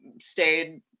stayed